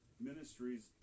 ministries